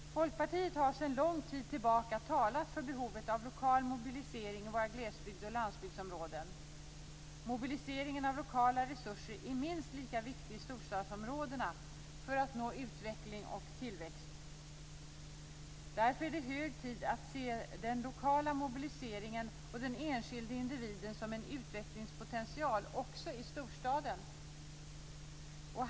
Folkpartiet har sedan en lång tid tillbaka talat för behovet av lokal mobilisering i våra glesbygds och landsbygdsområden. Mobiliseringen av lokala resurser är minst lika viktig i storstadsområdena för att nå utveckling och tillväxt. Därför är det hög tid att se den lokala mobiliseringen och den enskilde individen som en utvecklingspotential också i storstaden.